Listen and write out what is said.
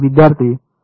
विद्यार्थीः